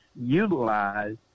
utilize